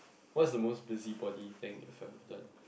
what's the most busybody thing you've ever done